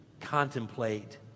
contemplate